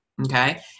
Okay